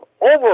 over